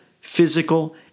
physical